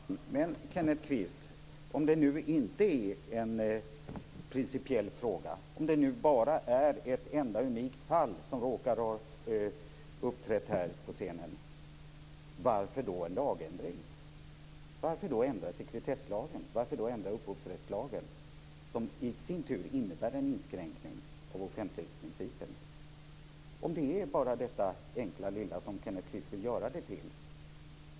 Fru talman! Men, Kenneth Kvist, om det nu inte är en principiell fråga utan bara är ett enda unikt fall som råkar ha uppträtt på scenen, varför då en lagändring? Varför ska vi ändra sekretesslagen och upphovsrättslagen, vilket i sin tur innebär en inskränkning av offentlighetsprincipen, om det bara är fråga om det enkla och lilla som Kenneth Kvist vill göra det till?